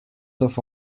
sauf